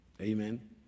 Amen